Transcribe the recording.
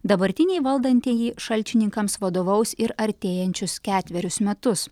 dabartiniai valdantieji šalčininkams vadovaus ir artėjančius ketverius metus